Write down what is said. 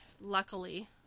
luckily